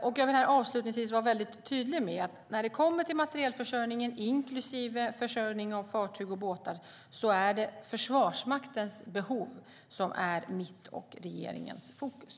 Avslutningsvis vill jag vara väldigt tydlig med att det är Försvarsmaktens behov som är i mitt och regeringens fokus när det kommer till materielförsörjningen, inklusive försörjningen av fartyg och båtar.